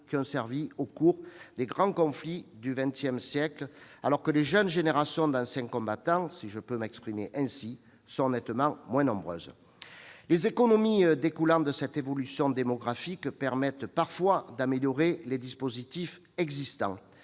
qui ont servi au cours des grands conflits du XX siècle, alors que les « jeunes » générations d'anciens combattants, si je peux m'exprimer ainsi, sont nettement moins nombreuses. Les économies découlant de cette évolution démographique permettent parfois d'améliorer les dispositifs existants.